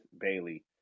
Bailey